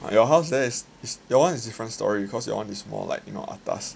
your house there is is your one is different story cause your one is more you know more atas